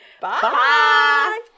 Bye